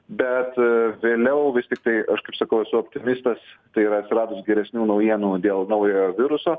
bet vėliau vis tiktai aš kaip sakau esu optimistas tai yra atsiradus geresnių naujienų dėl naujojo viruso